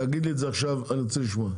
תגיד לי את זה עכשיו אני רוצה לשמוע.